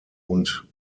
und